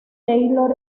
taylor